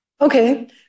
Okay